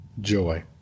joy